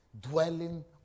dwelling